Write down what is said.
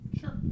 Sure